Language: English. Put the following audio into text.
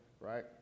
right